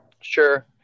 Sure